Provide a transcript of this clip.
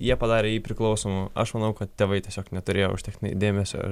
jie padarė jį priklausomu aš manau kad tėvai tiesiog neturėjo užtektinai dėmesio